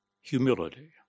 Humility